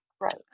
right